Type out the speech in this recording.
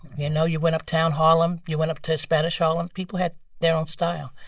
you know, you went uptown harlem, you went up to spanish harlem, people had their own style.